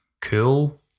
cool